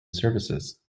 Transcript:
services